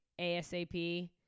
ASAP